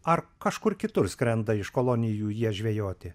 ar kažkur kitur skrenda iš kolonijų jie žvejoti